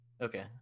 Okay